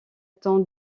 tente